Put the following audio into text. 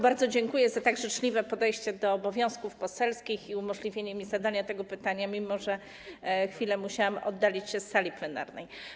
Bardzo dziękuję za tak życzliwe podejście do obowiązków poselskich i umożliwienie mi zadania tego pytania, mimo że na chwilę musiałam oddalić się z sali plenarnej.